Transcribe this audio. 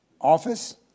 office